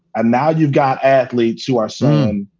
and now you've got athletes who are saying,